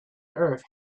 earth